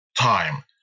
time